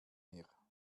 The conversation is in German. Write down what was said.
mir